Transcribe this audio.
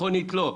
מכונית לא,